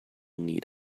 need